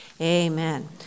Amen